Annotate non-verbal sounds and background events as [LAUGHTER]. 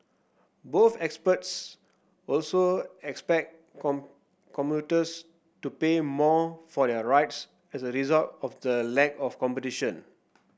both experts also expect [UNINTELLIGIBLE] commuters to pay more for their rides as a result of the lack of competition